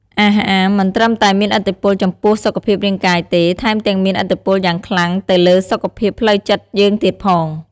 អាហារមិនត្រឹមតែមានឥទ្ធិពលចំពោះសុខភាពរាងកាយទេ ថែមទាំងមានឥទ្ធិពលយ៉ាងខ្លាំងទៅលើសុខភាពផ្លូវចិត្តយើងទៀតផង។